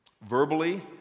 Verbally